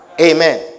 Amen